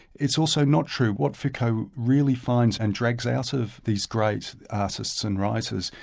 it's also not true. what foucault really finds and drags out of these great artists and writers,